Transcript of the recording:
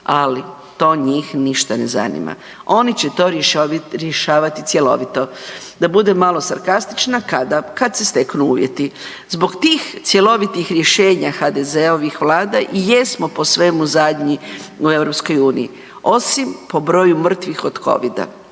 Ali to njih ništa ne zanima. Oni će to rješavati cjelovito. Da budem malo sarkastična, kada? Kada se steknu uvjeti. Zbog tih cjelovitih rješenja HDZ-ovih vlada i jesmo po svemu zadnji u Europskoj uniji osim po broju mrtvih od Covid-a